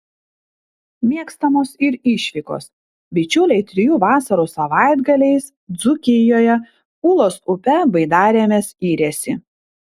mėgstamos ir išvykos bičiuliai trijų vasarų savaitgaliais dzūkijoje ūlos upe baidarėmis yrėsi